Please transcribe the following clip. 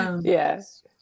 yes